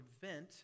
prevent